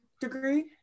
degree